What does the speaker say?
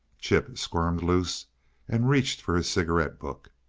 chip squirmed loose and reached for his cigarette book.